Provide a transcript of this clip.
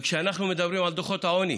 וכשאנחנו מדברים על דוחות העוני,